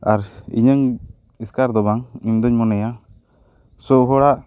ᱟᱨ ᱤᱧᱟᱹᱝ ᱮᱥᱠᱟᱨ ᱫᱚ ᱵᱟᱝ ᱤᱧ ᱫᱚᱹᱧ ᱢᱚᱱᱮᱭᱟ ᱥᱚ ᱦᱚᱲᱟᱜ